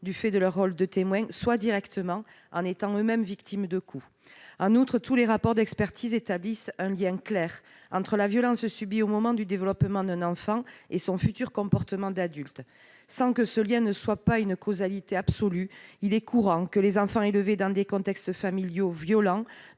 du fait de leur rôle de témoins, soit directement, étant eux-mêmes victimes de coups. En outre, tous les rapports d'expertise établissent un lien clair entre la violence subie au moment du développement d'un enfant et le futur comportement de ce dernier en tant qu'adulte. Sans que la causalité soit absolue, il est courant que les enfants élevés dans des contextes familiaux violents